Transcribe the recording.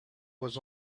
was